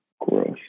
Gross